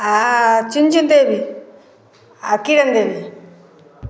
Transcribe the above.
आ चुनचुन देवी आ किरण देवी